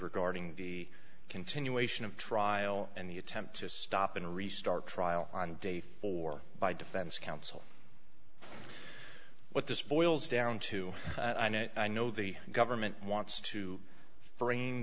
regarding the continuation of trial and the attempt to stop and restart trial on day four by defense counsel what this boils down to i know the government wants to